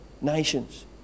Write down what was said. Nations